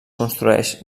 construeix